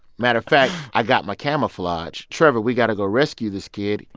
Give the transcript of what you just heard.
matter of fact, i've got my camouflage. trevor, we got to go rescue this kid.